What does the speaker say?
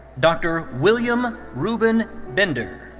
dr. william ruben binder.